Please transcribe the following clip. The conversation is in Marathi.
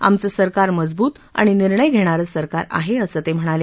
आमचं सरकार मजबूत आणि निर्णय घेणारं सरकार आहे असं ते म्हणाले